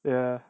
ya